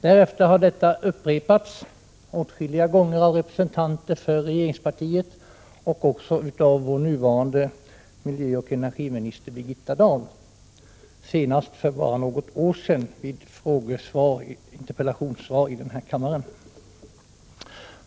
Därefter har detta upprepats åtskilliga gånger av representanter för regeringspartiet, och även av vår nuvarande miljöoch energiminister, Birgitta Dahl, vid en interpellationsdebatt här i kammaren för bara något år sedan.